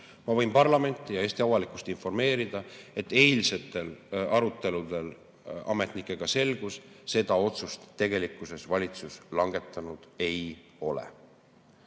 Ma võin parlamenti ja Eesti avalikkust informeerida, et eilsetel aruteludel ametnikega selgus, et seda otsust valitsus tegelikult langetanud ei ole.